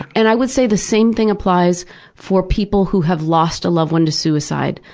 and i would say the same thing applies for people who have lost a loved one to suicide.